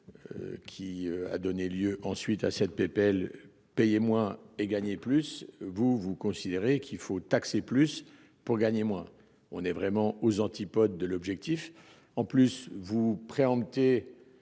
Qui a donné lieu ensuite à cette Pepel payer moins et gagner plus. Vous vous considérez qu'il faut taxer plus pour gagner moins. On est vraiment aux antipodes de l'objectif. En plus vous préempter